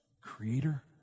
Creator